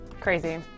Crazy